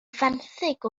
fenthyg